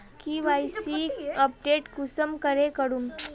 KYC update कुंसम करे करूम?